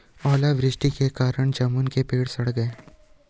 ओला वृष्टि के कारण जामुन के पेड़ सड़ गए